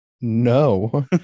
No